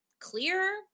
clear